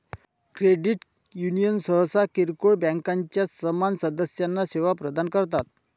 credit union सहसा किरकोळ बँकांच्या समान सदस्यांना सेवा प्रदान करतात